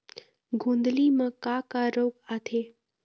गोंदली म का का रोग आथे?